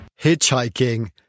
Hitchhiking